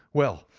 well,